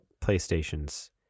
PlayStation's